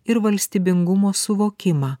ir valstybingumo suvokimą